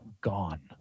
gone